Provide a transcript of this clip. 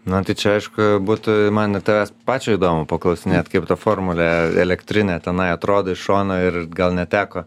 na tai čia aišku būtų man tavęs pačio įdomu paklausinėt kaip ta formule elektrinė tenai atrodo iš šono ir gal net teko